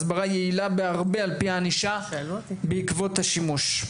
הסברה יעילה בהרבה על פני ענישה בעקבות השימוש.